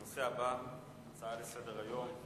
הנושא הבא שעל סדר-היום: